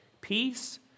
Peace